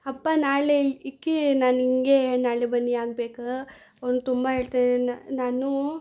ಅಪ್ಪ ನಾಳೆ ಇಕ್ಕಿ ನಾನು ನಿಂಗೆ ನಾಳೆ ಬನ್ನಿ ಹಾಕ್ಬೇಕು ಅವ್ನ ತುಂಬ ಏಳ್ತಿದಾನೆ ನಾನು